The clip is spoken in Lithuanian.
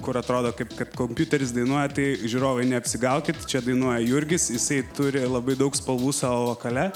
kur atrodo kaip kad kompiuteris dainuoja tai žiūrovai neapsigaukit čia dainuoja jurgis jisai turi labai daug spalvų savo vokale